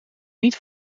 niet